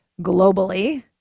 globally